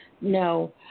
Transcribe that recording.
no